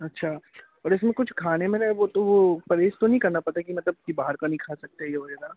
अच्छा और इसमें कुछ खाने में ना वो तो वो परहेज़ तो नी करना पड़ता कि मतलब कि बाहर का नहीं खा सकते ये वगैरह